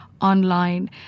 online